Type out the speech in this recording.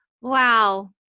wow